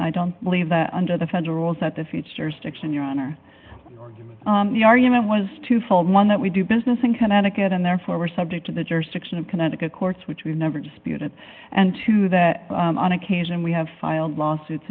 i don't believe that under the federal rules that the future sticks in your honor the argument was twofold one that we do business in connecticut and therefore we're subject to the jurisdiction of connecticut courts which we never disputed and to that on occasion we have filed lawsuits